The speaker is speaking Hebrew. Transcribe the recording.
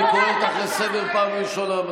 אני קורא אותך לסדר פעם ראשונה.